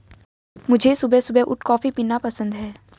मुझे सुबह सुबह उठ कॉफ़ी पीना पसंद हैं